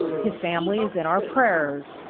his family is in our prayers.